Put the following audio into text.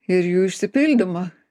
ir jų išsipildymo